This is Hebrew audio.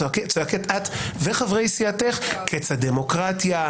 צועקת את וחברי סיעתך קץ הדמוקרטיה,